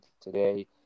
today